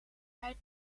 hij